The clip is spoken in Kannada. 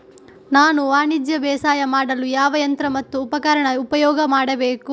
ನಾನು ವಾಣಿಜ್ಯ ಬೇಸಾಯ ಮಾಡಲು ಯಾವ ಯಂತ್ರ ಮತ್ತು ಉಪಕರಣ ಉಪಯೋಗ ಮಾಡಬೇಕು?